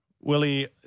Willie